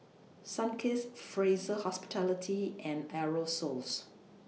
Sunkist Fraser Hospitality and Aerosoles